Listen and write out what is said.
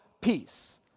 Peace